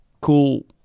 cool